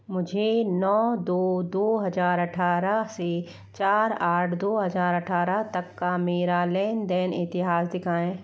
मुझे नौ दो दो हज़ार अट्ठारह से चार आठ दो हज़ार अट्ठारह तक का मेरा लेन देन इतिहास दिखाएँ